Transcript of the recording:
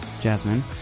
jasmine